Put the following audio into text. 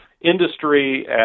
industry